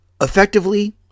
effectively